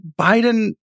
Biden